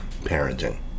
parenting